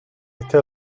este